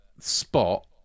Spot